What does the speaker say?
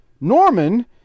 Norman